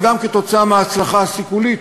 אבל גם מההצלחה הסיכולית